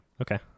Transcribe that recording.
okay